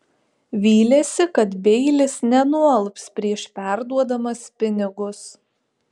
vylėsi kad beilis nenualps prieš perduodamas pinigus